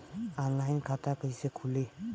Online खाता कइसे खुली?